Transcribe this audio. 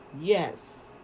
Yes